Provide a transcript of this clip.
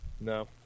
No